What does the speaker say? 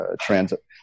transit